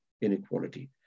inequality